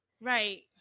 Right